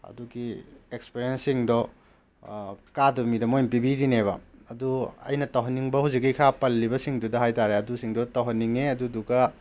ꯑꯗꯨꯒꯤ ꯑꯦꯛꯁꯄꯔꯤꯌꯦꯟꯁꯁꯤꯡꯗꯣ ꯀꯥꯗꯕ ꯃꯤꯗ ꯃꯏꯅ ꯄꯤꯕꯤꯔꯤꯅꯦꯕ ꯑꯗꯨ ꯑꯩꯅ ꯇꯧꯍꯟꯅꯤꯡꯕ ꯍꯧꯖꯤꯛꯀꯤ ꯈꯔ ꯄꯜꯂꯤꯕꯁꯤꯡꯗꯨꯗ ꯍꯥꯏꯇꯥꯔꯦ ꯑꯗꯨꯁꯤꯡꯗꯣ ꯇꯧꯍꯟꯅꯤꯡꯉꯦ ꯑꯗꯨꯗꯨꯒ